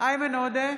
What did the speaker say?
איימן עודה,